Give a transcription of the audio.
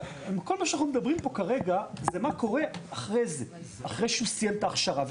אבל כל מה שאנחנו מדברים פה כרגע זה מה קורה אחרי שהוא סיים את ההכשרה.